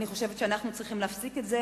אני חושבת שאנחנו צריכים להפסיק את זה